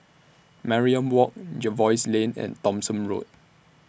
Mariam Walk Jervois Lane and Thomson Road